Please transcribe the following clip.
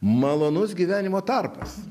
malonus gyvenimo tarpas